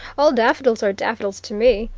all daffodils are daffodils to me.